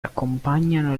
accompagnano